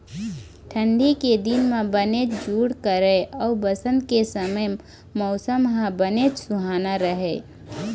ठंडी के दिन म बनेच जूड़ करय अउ बसंत के समे मउसम ह बनेच सुहाना राहय